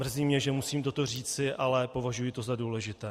Mrzí mě, že musím toto říci, ale považuji to za důležité.